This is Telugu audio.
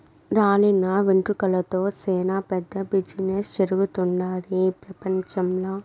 రాలిన వెంట్రుకలతో సేనా పెద్ద బిజినెస్ జరుగుతుండాది పెపంచంల